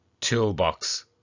toolbox